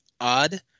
odd